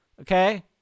okay